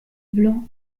blanc